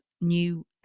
new